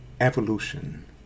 evolution